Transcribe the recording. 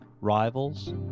rivals